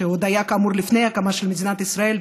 שעוד היה כאמור לפני ההקמה של מדינת ישראל,